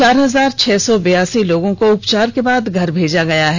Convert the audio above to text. चार हजार छह सौ बियासी लोगों को उपचार के बाद घर भेजा गया है